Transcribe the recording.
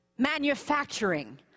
manufacturing